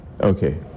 Okay